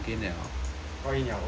log in liao okay okay